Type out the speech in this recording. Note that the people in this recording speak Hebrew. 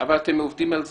אבל אתם עובדים על זה.